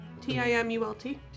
T-I-M-U-L-T